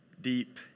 deep